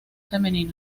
femenino